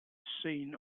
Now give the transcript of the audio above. seen